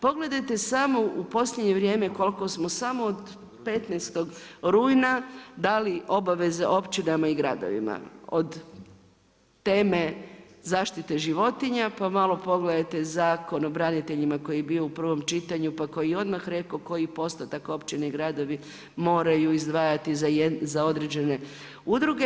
Pogledajte samo u posljednje vrijeme koliko smo samo od 15. rujna dali obaveze općinama i gradovima, od teme zaštite životinja, pa malo pogledajte Zakon o braniteljima koji je bio u prvom čitanju, pa koji je odmah rekao koji postotak općine i gradovi moraju izdvajati za određene udruge.